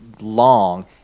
long